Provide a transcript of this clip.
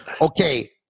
Okay